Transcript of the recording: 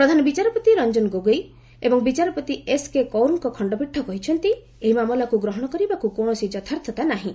ପ୍ରଧାନ ବିଚାରପତି ରଞ୍ଜନ ଗୋଗୋଇ ଏବଂ ବିଚାରପତି ଏସକେ କୌରଙ୍କ ଖଣ୍ଡପୀଠ କହିଚ୍ଚନ୍ତି ଏହି ମାମଲାକୁ ଗହଣ କରିବାକୁ କୌଣସି ଯଥାର୍ଥତା ନାହିଁ